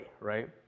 right